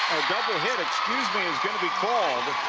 double hit excuse me is goingto be called.